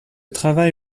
travail